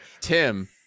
Tim